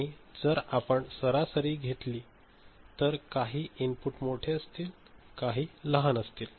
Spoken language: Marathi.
आणि जर आपण सरासरी घेतली तर काही इनपुट मोठे असतील काही लहान असतील